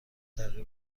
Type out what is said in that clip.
تغییر